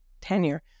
tenure